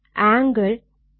angle Z angle ആണ്